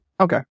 Okay